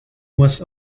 was